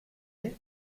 est